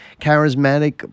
charismatic